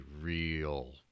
real